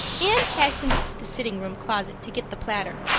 anne hastened to the sitting room closet to get the platter.